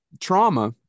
trauma